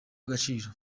agaciro